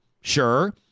Sure